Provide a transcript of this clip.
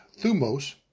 thumos